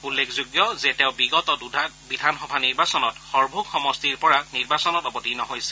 উল্লেখযোগ্য যে তেওঁ বিগত দুটা বিধানসভা নিৰ্বাচনত সৰভোগ সমষ্টিৰ পৰা নিৰ্বাচনত অৱতীৰ্ণ হৈছিল